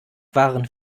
waren